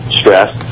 stress